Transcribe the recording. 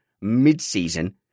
mid-season